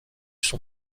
son